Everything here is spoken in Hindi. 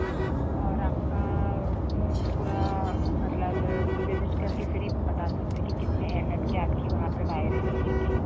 और आपका पूरा मतलब विज़िट करके फिर ही बता सकते हैं कि कितने एम एम के आपकी वहाँ पर वायरें लगेंगी